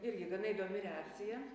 irgi gana įdomi reakcija